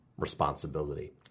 responsibility